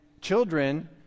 children